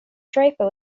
draper